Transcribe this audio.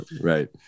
right